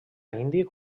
índic